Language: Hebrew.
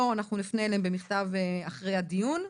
אנחנו נפנה אליהם במכתב מיד אחרי הדיון.